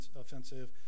offensive